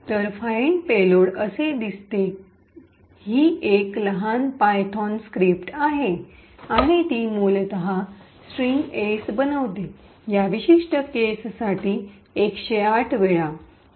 तर find payload असे दिसते ही एक लहान पायथोन स्क्रिप्ट आहे आणि ती मूलतः स्ट्रिंग एस बनवते या विशिष्ट केससाठी 108 वेळा